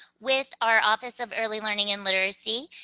with our office of early learning and literacy.